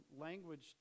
language